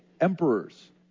emperors